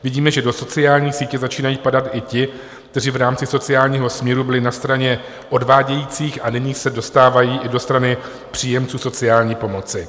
Vidíme, že do sociální sítě začínají padat i ti, kteří v rámci sociálního smíru byli na straně odvádějících a nyní se dostávají do strany příjemců sociální pomoci.